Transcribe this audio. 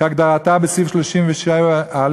כהגדרתו בסעיף 37א,